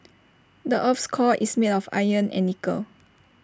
the Earth's core is made of iron and nickel